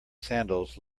sandals